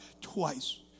twice